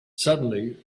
suddenly